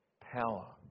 power